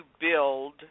build